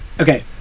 Okay